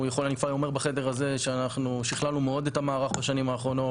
אני כבר אומר בחדר הזה שאנחנו שיכללנו מאוד את המערך בשנים האחרונות,